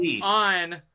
on